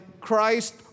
Christ